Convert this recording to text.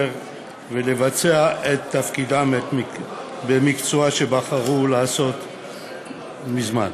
ולבצע את תפקידם במקצוע שבחרו לעסוק מזמן.